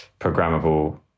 programmable